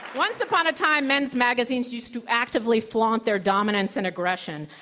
once upon a time men's magazines used to actively flaunt their dominance and aggression.